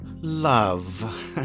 love